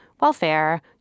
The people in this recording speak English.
welfare